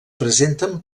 presenten